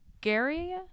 Gary